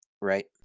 Right